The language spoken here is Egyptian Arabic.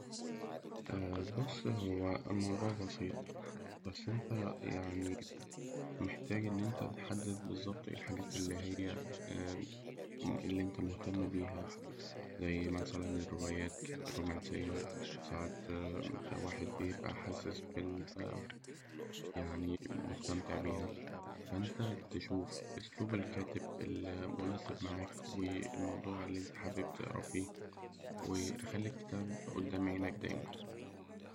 بص هو الموضوع بسيط بس أنت يعني محتاج إن أنت تحدد بالظبط إيه الحاجات اللي هي اللي أنت مهتم بيها زي مثلاً الروايات الرومانسية ساعة واحد بيبقى حاسس بال يعني مستمتع بيها. أنت تشوف أسلوب الكاتب اللي مناسب معاك، والموضوع اللي أنت حابب تقرأ فيه، وتخلي الكتاب قدام عينك دايماً.